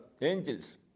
angels